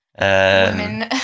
women